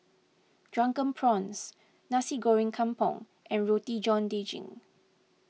Drunken Prawns Nasi Goreng Kampung and Roti John Daging